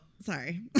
Sorry